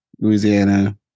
Louisiana